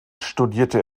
studierte